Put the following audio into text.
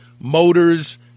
motors